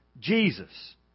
Jesus